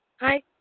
Hi